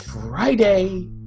Friday